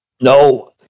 No